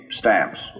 stamps